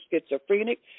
schizophrenic